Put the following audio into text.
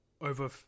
over